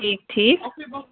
ٹھیٖک ٹھیٖک